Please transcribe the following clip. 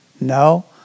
No